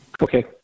Okay